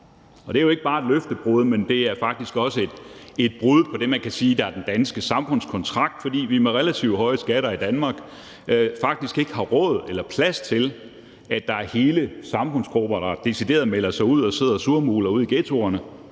Det er jo ikke bare et løftebrud, det er faktisk også et brud på det, man kan sige er den danske samfundskontrakt, fordi vi med relativt høje skatter i Danmark faktisk ikke har råd eller plads til, at der er hele samfundsgrupper, der decideret melder sig ud og sidder og surmuler ude i ghettoerne,